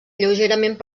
lleugerament